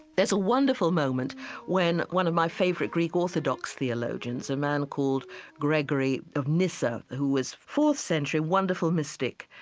there's a wonderful moment when one of my favorite greek orthodox theologians, a man called gregory of nyssa, who was fourth-century wonderful mystic,